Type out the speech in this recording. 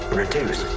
reduce